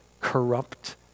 corrupt